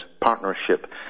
partnership